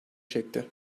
çekti